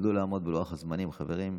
תשתדלו לעמוד בלוח הזמנים, חברים.